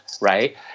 right